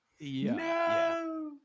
No